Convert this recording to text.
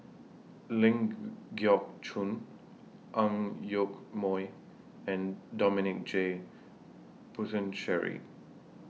Ling Geok Choon Ang Yoke Mooi and Dominic J Puthucheary